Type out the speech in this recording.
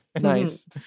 Nice